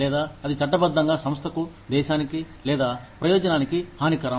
లేదా అది చట్టబద్ధంగా సంస్థకు దేశానికి లేదా ప్రయోజనానికి హానికరం